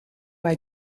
hij